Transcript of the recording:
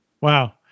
Wow